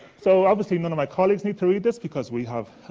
so obviously, none of my colleagues need to read this because we have